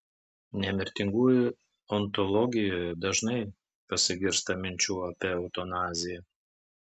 nemirtingųjų ontologijoje dažnai pasigirsta minčių apie eutanaziją